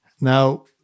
Now